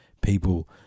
people